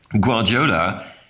Guardiola